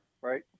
Right